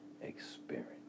experience